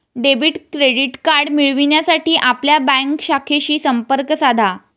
debit credit card मिळविण्यासाठी आपल्या bank शाखेशी संपर्क साधा